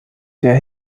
der